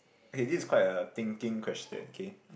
okay this is quite a thinking question okay